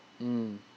mm